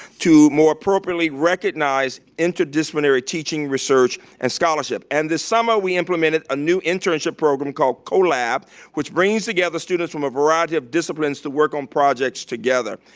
to more appropriately recognize interdisciplinary teaching, research, and scholarship. and this summer we implemented a new internship program called collab which brings together students from a variety of disciplines to work on projects together.